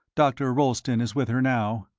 dr. rolleston is with her now.